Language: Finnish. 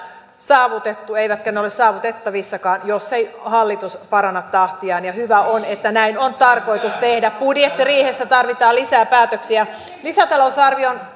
saavutettu eivätkä ne ole saavutettavissakaan jos ei hallitus paranna tahtiaan ja hyvä on että näin on tarkoitus tehdä budjettiriihessä tarvitaan lisää päätöksiä lisätalousarvion